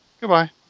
Goodbye